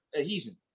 adhesion